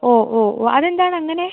ഓ ഓ ഓ അത് എന്താണങ്ങനെ